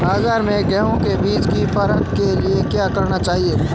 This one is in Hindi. बाज़ार में गेहूँ के बीज की परख के लिए क्या करना चाहिए?